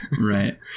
right